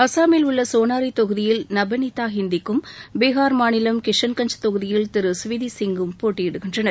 அசாமில் உள்ள சோனாரி தொகுதியில் நபநிதா ஹந்திக்கும் பீகார் மாநிலம் கிஷன்கஞ்ச் தொகுதியில் திரு சுவிதிசிங்கும் போட்டியிடுகின்றனர்